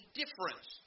difference